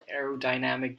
aerodynamic